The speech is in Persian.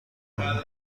کنی